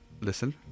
Listen